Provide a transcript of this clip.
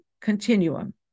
continuum